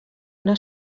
una